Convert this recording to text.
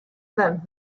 that